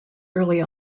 early